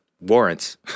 warrants